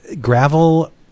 Gravel